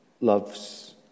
loves